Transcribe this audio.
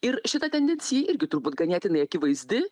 ir šita tendencija irgi turbūt ganėtinai akivaizdi